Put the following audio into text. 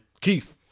Keith